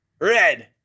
Red